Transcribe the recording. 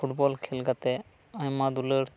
football ᱠᱷᱮᱞ ᱠᱟᱛᱮᱫ ᱟᱭᱢᱟ ᱫᱩᱞᱟᱹᱲ